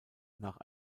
nach